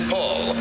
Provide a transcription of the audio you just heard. Paul